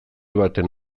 baten